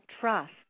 trust